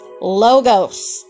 Logos